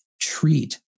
treat